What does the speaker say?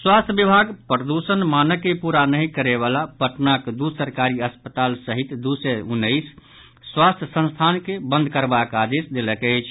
स्वास्थ्य विभाग प्रद्रषण मानक के पूरा नहि करयवला पटनाक द् सरकारी अस्पताल सहित दू सय उन्नैस स्वास्थ्य संस्थान के बंद करबाक आदेश देलक अछि